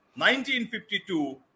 1952